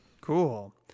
Cool